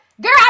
Girl